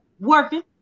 Working